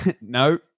No